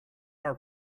our